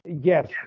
Yes